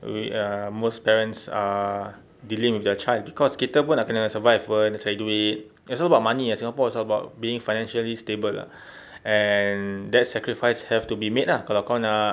we uh most parents are dealing with their child cause kita pun nak kena survive [pe] nak cari duit it's all about money ah singapore is all about being financially stable ah and that sacrifice have to be made ah kalau kau nak